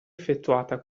effettuata